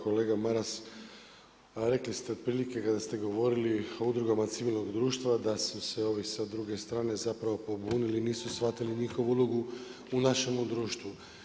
Kolega Maras rekli ste otprilike kada ste govorili o udrugama civilnog društva, da su se ovi sa druge strane zapravo pobunili, nisu shvatili njihovu ulogu u našemu društvu.